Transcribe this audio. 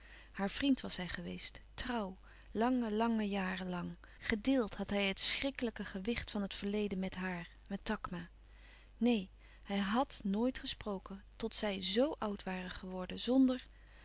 haar vriend was hij geweest trouw lange lange jaren lang gedeeld had hij het schrikkelijke gewicht van het verleden met haar met takma neen hij hàd nooit gesproken tot zij z oud waren geworden zonder